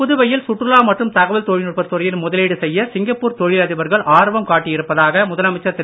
புதுவையில் சுற்றுலா மற்றும் தகவல் தொழில்நுட்பத் துறையில் முதலீடு செய்ய சிங்கப்பூர் தொழிலதிபர்கள் ஆர்வம் காடியிருப்பதாக முதலமைச்சர் திரு